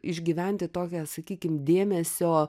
išgyventi tokią sakykim dėmesio